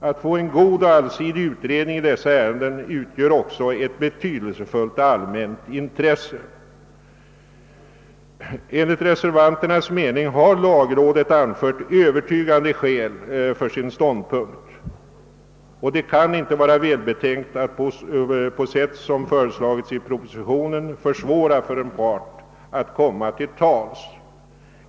Att få en god och allsidig utredning i dessa ärenden är också ett betydelsefullt allmänt intresse. Enligt reservanternas mening har lagrådet anfört övertygande skäl för sin ståndpunkt. Det kan inte vara välbetänkt att på sätt som föreslagits i propositionen försvåra för en part att komma till tals.